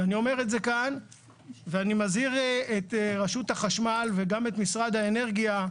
אני אומר את זה כאן ואני מזהיר את רשות החשמל וגם את משרד האנרגיה,